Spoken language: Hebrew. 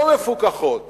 לא מפוקחות